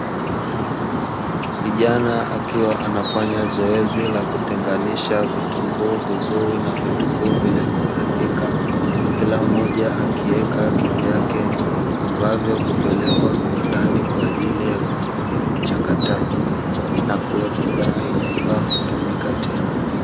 Kijana akiwa anafanya zoezi la kutenganisha vitunguu vizuri na vitunguu vilivyoharibika, kila moja akiweka kivyake; ambavyo hupelekwa viwandani kwa ajili ya kufanyiwa uchakataji na kuwa bidhaa inayofaa kutumika tena.